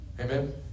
Amen